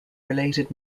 related